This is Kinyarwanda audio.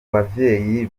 bavyeyi